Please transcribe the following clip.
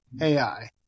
AI